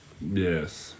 Yes